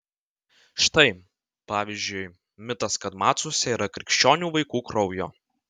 štai pavyzdžiui mitas kad macuose yra krikščionių vaikų kraujo